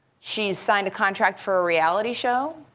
she's signed a contract for a reality show.